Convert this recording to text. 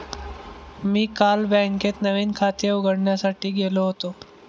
मी काल बँकेत नवीन खाते उघडण्यासाठी गेलो होतो